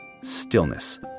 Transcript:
stillness